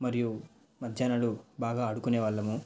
మరియు మధ్యాహ్నాలు బాగా ఆడుకొనేవాళ్ళము